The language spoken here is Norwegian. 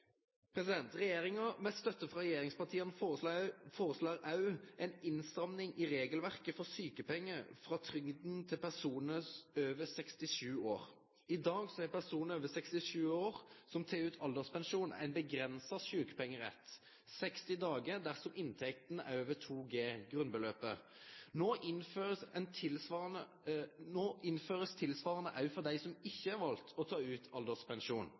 arbeid. Regjeringa, med støtte frå regjeringspartia, foreslår ei innstramming i regelverket for sjukepengar frå trygda til personar over 67 år. I dag har personar over 67 år som tek ut alderspensjon, ein avgrensa sjukepengerett: 60 dagar dersom inntekta er over 2 G. No innfører ein tilsvarande for dei som ikkje har valt å ta ut